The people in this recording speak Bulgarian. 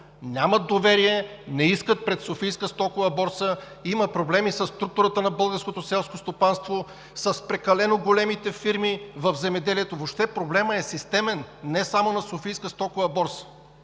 Нямат доверие, не искат през Софийската стокова борса, има проблеми със структурата на българското селско стопанство, с прекалено големите фирми в земеделието. Въобще проблемът е системен не само на Софийската стокова борса.